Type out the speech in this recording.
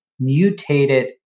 Mutated